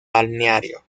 balneario